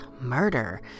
murder